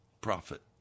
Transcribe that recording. prophet